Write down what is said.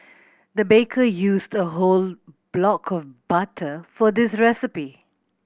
the baker used a whole block of butter for this recipe